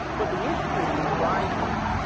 but the issue arises,